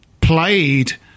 played